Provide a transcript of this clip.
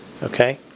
Okay